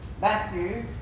Matthew